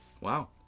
wow